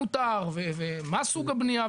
נתונים, הרמת סיסמאות ועשית את זה יפה.